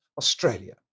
Australia